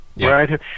right